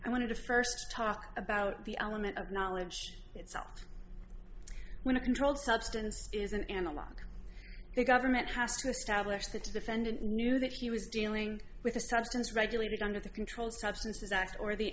i wanted to first talk about the element of knowledge itself when a controlled substance is an analogue the government has to establish that the defendant knew that he was dealing with a substance regulated under the controlled substances act or the